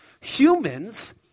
Humans